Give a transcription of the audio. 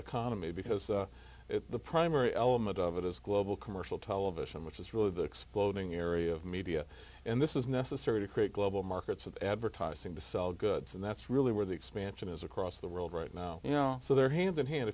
economy because the primary element of it is global commercial television which is really the exploding area of media and this is necessary to create global markets of advertising to sell goods and that's really where the expansion is across the world right now you know so there hand in hand